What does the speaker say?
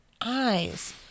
eyes